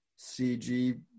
CG